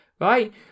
right